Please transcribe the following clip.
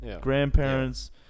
Grandparents